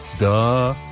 Duh